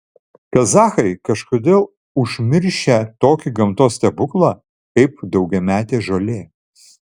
kazachai kažkodėl užmiršę tokį gamtos stebuklą kaip daugiametė žolė